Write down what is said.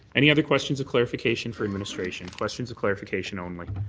any other question of clarification for administration? question of clarification only.